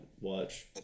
watch